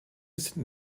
sind